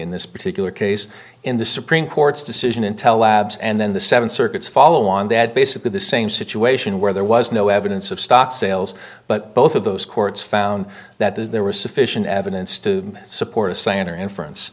in this particular case in the supreme court's decision intel labs and then the seven circuits follow on that basically the same situation where there was no evidence of stock sales but both of those courts found that there was sufficient evidence to support a saner inference